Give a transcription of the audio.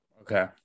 Okay